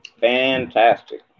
Fantastic